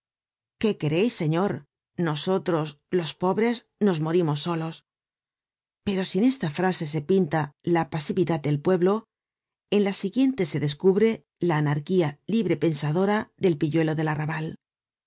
qué quereis señor nosotros los pobres nos morimos solos pero si en esta frase se pinta la pasividad del pueblo en la siguiente se descubre la anarquía libre pensadora del pilludo del arrabal un